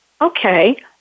okay